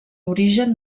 origen